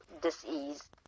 disease